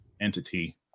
entity